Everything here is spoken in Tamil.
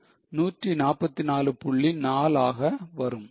4 ஆக வரும்